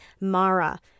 Mara